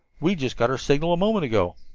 we just got her signal a moment ago.